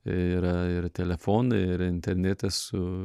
yra ir telefonai ir internėtas su